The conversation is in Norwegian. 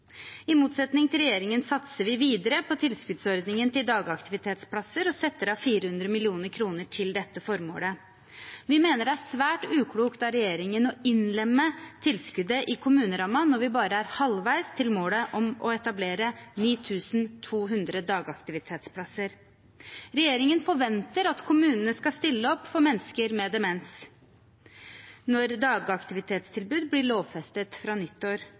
I motsetning til regjeringen satser vi videre på tilskuddsordningen til dagaktivitetsplasser og setter av 400 mill. kr til dette formålet. Vi mener det er svært uklokt av regjeringen å innlemme tilskuddet i kommunerammen når vi bare er halvveis til målet om å etablere 9 200 dagaktivitetsplasser. Regjeringen forventer at kommunene skal stille opp for mennesker med demens når dagaktivitetstilbud blir lovfestet fra nyttår,